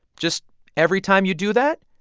just every time you do that,